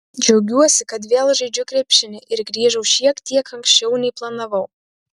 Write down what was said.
džiaugiuosi kad vėl žaidžiu krepšinį ir grįžau šiek tiek anksčiau nei planavau